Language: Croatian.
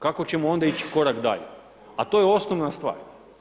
Kako ćemo onda ići korak dalje, a to je osnovna stvar.